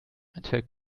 enthält